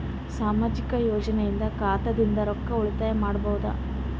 ಸಾಮಾಜಿಕ ಯೋಜನೆಯಿಂದ ಖಾತಾದಿಂದ ರೊಕ್ಕ ಉಳಿತಾಯ ಮಾಡಬಹುದ?